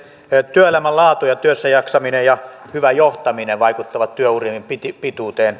työelämän laatu ja työssäjaksaminen ja hyvä johtaminen vaikuttavat työurien pituuteen